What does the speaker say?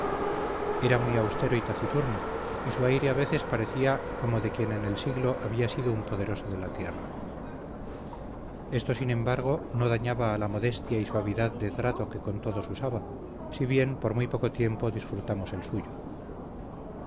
era muy austero y taciturno y su aire a veces parecía como de quien en el siglo había sido un poderoso de la tierra esto sin embargo no dañaba a la modestia y suavidad de trato que con todos usaba si bien por muy poco tiempo disfrutamos el suyo